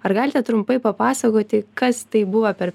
ar galite trumpai papasakoti kas tai buvo per